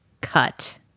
cut